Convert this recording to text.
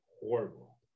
horrible